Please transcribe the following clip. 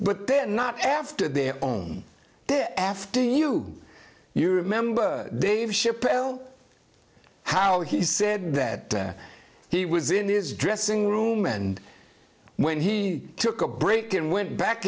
but then not after their own after new you remember dave chappelle how he said that he was in his dressing room and when he took a break and went back